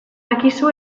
akizu